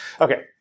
Okay